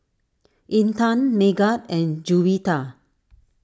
Intan Megat and Juwita